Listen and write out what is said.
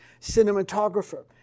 cinematographer